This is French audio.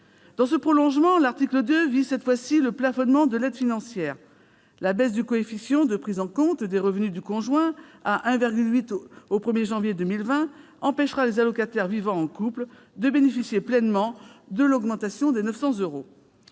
2 le prolonge en visant, cette fois, le plafonnement de l'aide financière. La baisse du coefficient de prise en compte des revenus du conjoint, à 1,8 au 1 janvier 2020, empêchera les allocataires vivant en couple de bénéficier pleinement de l'augmentation à 900 euros.